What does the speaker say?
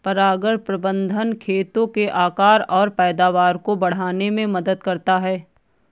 परागण प्रबंधन खेतों के आकार और पैदावार को बढ़ाने में मदद करता है